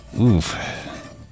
Oof